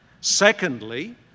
Secondly